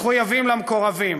מחויבים למקורבים.